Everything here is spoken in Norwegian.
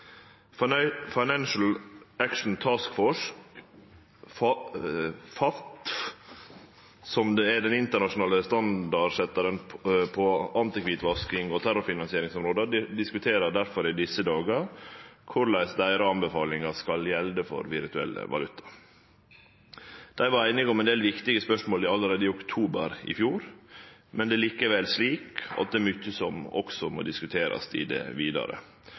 som er dei som internasjonalt set standarden på antikvitvaskings- og antiterrorfinansieringsområdet, diskuterer difor i desse dagar korleis deira anbefalingar skal gjelde for virtuell valuta. Dei var einige om ein del viktige spørsmål allereie i oktober i fjor, men det er likevel mykje som må diskuterast vidare. Å sikre at det er tilstrekkeleg nødvendig sporbart, er kjernen i